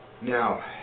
Now